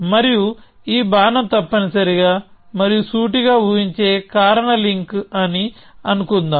మరియు ఈ బాణం తప్పనిసరిగా మరియు సూటిగా ఊహించే కారణలింక్ అని అనుకుందాం